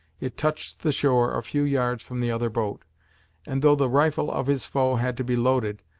it touched the shore a few yards from the other boat and though the rifle of his foe had to be loaded,